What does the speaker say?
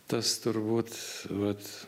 tas turbūt vat